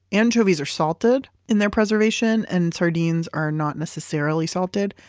anchovies are salted in their preservation, and sardines are not necessarily salted.